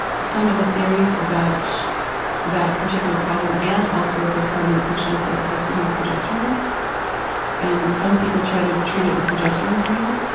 some of the theories about that particular problem and also postpartum depression is that it has to do with progesterone and some people try to treat it with progesterone cream,